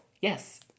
Yes